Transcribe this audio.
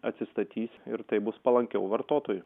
atsistatys ir tai bus palankiau vartotojui